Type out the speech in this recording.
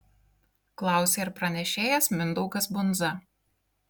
klausė ir pranešėjas mindaugas bundza